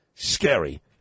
Scary